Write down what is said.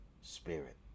spirit